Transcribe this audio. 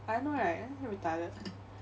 I know right damn retarded